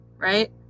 right